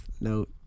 note